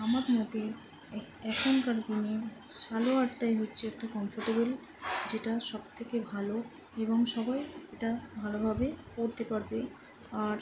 আমার মতে এখনকার দিনে সালোয়ারটাই হচ্ছে একটা কমফোর্টেবল যেটা সব থেকে ভালো এবং সবাই এটা ভালোভাবে পরতে পারবে আর